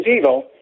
evil